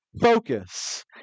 focus